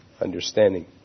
understanding